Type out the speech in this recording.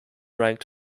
ranked